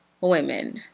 women